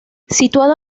situado